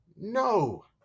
No